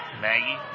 Maggie